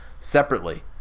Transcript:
separately